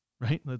right